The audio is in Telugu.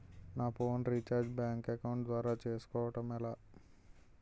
నా ఫోన్ రీఛార్జ్ బ్యాంక్ అకౌంట్ ద్వారా చేసుకోవటం ఎలా?